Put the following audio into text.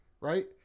right